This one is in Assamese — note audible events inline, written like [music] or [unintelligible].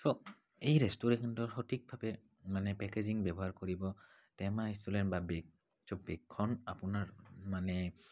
চ' এই ৰেষ্টোৰেণ্টৰ সঠিকভাৱে মানে পেকেজিং ব্যৱহাৰ কৰিব [unintelligible] বেগখন আপোনাৰ মানে